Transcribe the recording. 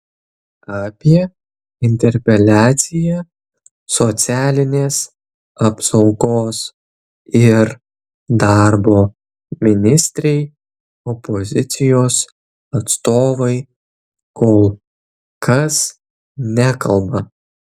apie interpeliaciją socialinės apsaugos ir darbo ministrei opozicijos atstovai kol kas nekalba